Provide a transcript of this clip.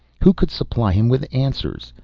who could supply him with answers?